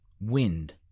wind